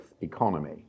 economy